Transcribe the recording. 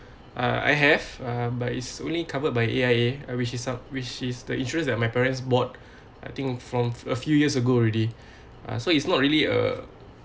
uh I have uh but it's only covered by A_I_A which is some which is the insurance that my parents bought I think from a few years ago already uh so it's not really a